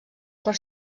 per